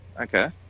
okay